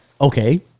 okay